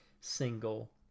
single